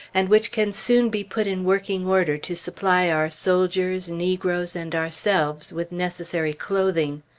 and which can soon be put in working order to supply our soldiers, negroes, and ourselves with necessary clothing.